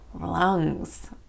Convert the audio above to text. lungs